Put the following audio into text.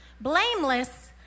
Blameless